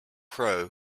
crow